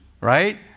Right